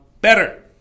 better